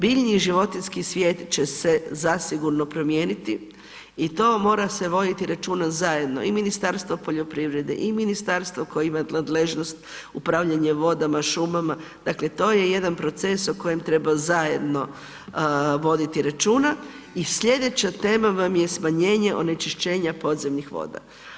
Biljni i životinjski svijet će se zasigurno promijeniti i to mora se voditi računa zajedno i Ministarstvo poljoprivrede i ministarstvo koje ima nadležnost upravljanje vodama, šumama, dakle to je jedan proces o kojem treba zajedno voditi računa i slijedeća tema vam je smanjenje onečišćenja podzemnih voda.